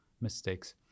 mistakes